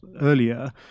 earlier